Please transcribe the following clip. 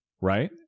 right